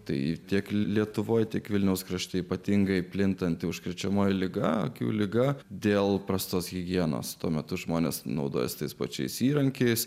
tai tiek lietuvoje tiek vilniaus krašte ypatingai plintanti užkrečiamoji liga akių liga dėl prastos higienos tuo metu žmonės naudojasi tais pačiais įrankiais